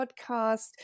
podcast